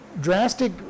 drastic